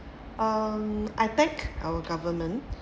um I thanked our government